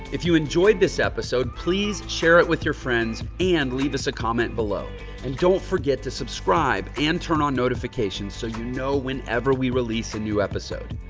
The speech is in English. if you enjoyed this episode, please share it with your friends and leave us a comment below and don't forget to subscribe and turn on notifications. so, you know, whenever we release a new episode,